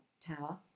tower